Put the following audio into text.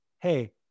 hey